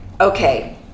okay